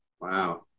Wow